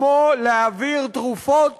כמו להעביר תרופות